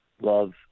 love